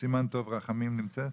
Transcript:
סימן טוב רחמים נמצא?